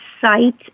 site